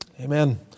Amen